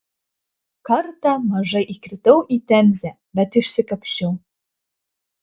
kartą maža įkritau į temzę bet išsikapsčiau